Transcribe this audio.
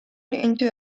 into